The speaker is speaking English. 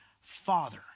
Father